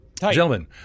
gentlemen